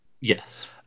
Yes